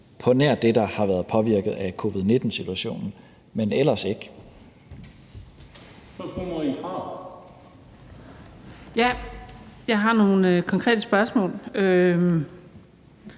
på nær det, der har været påvirket af covid-19-situationen – men ellers ikke. Kl. 14:29 Den fg.